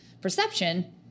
perception